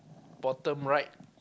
bottom right